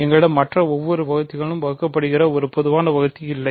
எங்களிடம் மற்ற ஒவ்வொரு வகுத்திகளால் வகுக்கப்படுகின்ற ஒரு பொதுவான வகுத்தி இல்லை